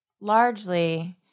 largely